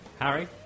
Harry